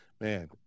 Man